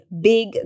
big